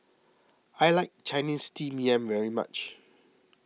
I like Chinese Steamed Yam very much